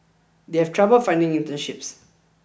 they have trouble finding internships